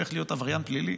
הופך להיות עבריין פלילי?